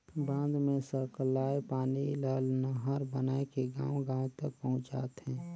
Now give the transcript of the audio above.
बांध मे सकलाए पानी ल नहर बनाए के गांव गांव तक पहुंचाथें